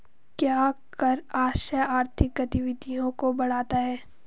क्या कर आश्रय आर्थिक गतिविधियों को बढ़ाता है?